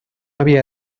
había